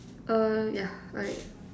uh yeah right